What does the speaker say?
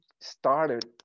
started